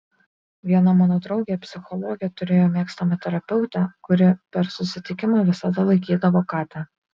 viena mano draugė psichologė turėjo mėgstamą terapeutę kuri per susitikimą visada laikydavo katę